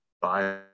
buy